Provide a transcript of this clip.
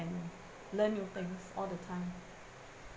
and learn new things all the time